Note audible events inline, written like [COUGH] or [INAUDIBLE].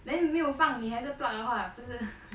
then 没有放你还是 pluck 的话不是 [LAUGHS]